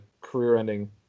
career-ending